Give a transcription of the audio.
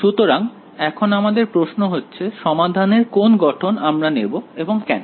সুতরাং এখন আমাদের প্রশ্ন হচ্ছে সমাধানের কোন গঠন আমরা নেব এবং কেন